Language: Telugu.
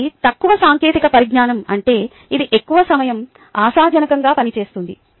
ఇది తక్కువ సాంకేతిక పరిజ్ఞానం అంటే ఇది ఎక్కువ సమయం ఆశాజనకంగా పని చేస్తుంది